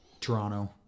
Toronto